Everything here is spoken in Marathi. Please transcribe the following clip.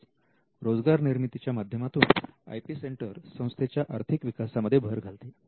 तसेच रोजगार निर्मिती च्या माध्यमातून आय पी सेंटर संस्थेच्या आर्थिक विकासामध्ये भर घालते